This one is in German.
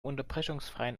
unterbrechungsfreien